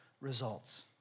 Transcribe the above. results